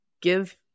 give